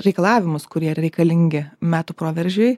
reikalavimus kurie ir reikalingi metų proveržiui